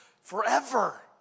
forever